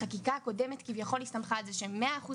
החקיקה הקודמת כביכול הסתמכה על זה ש-100%